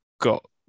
got